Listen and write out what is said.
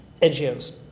NGOs